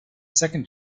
second